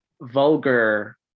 vulgar